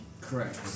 correct